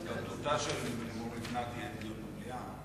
על התבטאותה של לימור לבנת יהיה דיון במליאה?